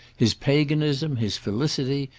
his paganism, his felicity,